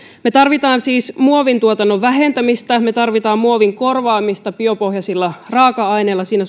me tarvitsemme siis muovin tuotannon vähentämistä me tarvitsemme muovin korvaamista biopohjaisilla raaka aineilla siinä